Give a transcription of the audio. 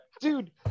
dude